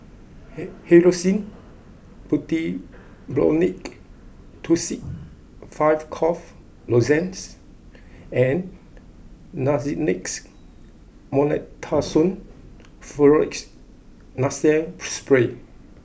Hyoscine Butylbromide Tussils Five Cough Lozenges and Nasonex Mometasone Furoate Nasal Spray